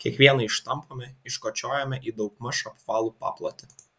kiekvieną ištampome iškočiojame į daugmaž apvalų paplotį